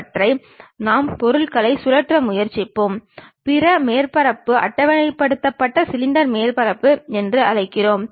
அவற்றை நாம் ஐசோமெட்ரிக் அச்சுகள் என்று அழைக்கிறோம்